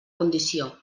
condició